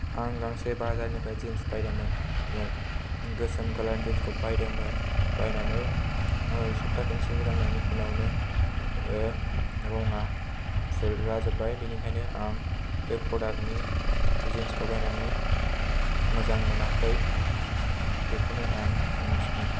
आं गांसे बाजारनिफ्राय जिन्स बायदोंमोन मोन गोसोम कालारनि जिन्सखौ बायदोंमोन बायनानै सप्ताह खनसे गान्नायनि उनावनो रंआ फुरलाजोब्बाय बिनिखायनो आं बे प्रदाक्तनि जिन्सखौ बायनानै मोजां मोनाखै बेखौनो आं बुंनो सानो